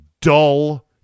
dull